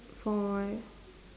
for what